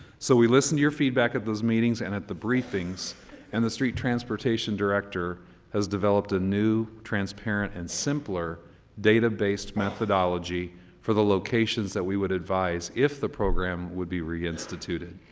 so we listened to your feedback at those meetings and at the briefings and the street transportation director has developed a new, transparent, and simpler data-based methodology for the locations that iwe would advise if the program would be reinstituted.